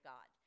God